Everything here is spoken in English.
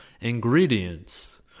ingredients